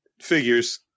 Figures